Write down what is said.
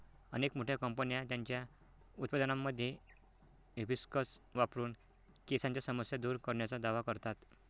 अनेक मोठ्या कंपन्या त्यांच्या उत्पादनांमध्ये हिबिस्कस वापरून केसांच्या समस्या दूर करण्याचा दावा करतात